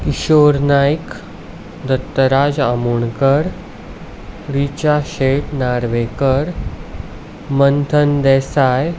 Kishore Naik Dattaraj Amonkar Richa Shet Narvekar Manthan Desai